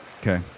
Okay